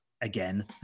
again